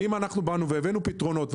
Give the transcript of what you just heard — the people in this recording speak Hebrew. אנחנו באנו והבאנו פתרונות,